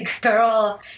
girl